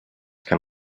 can